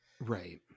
right